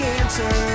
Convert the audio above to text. answer